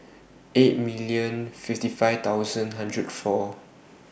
eight million fifty five thousand hundred four